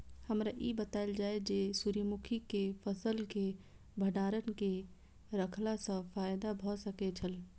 हमरा ई बतायल जाए जे सूर्य मुखी केय फसल केय भंडारण केय के रखला सं फायदा भ सकेय छल?